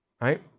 right